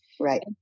Right